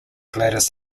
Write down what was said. gladys